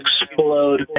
explode